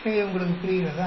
எனவே உங்களுக்கு புரிகிறதா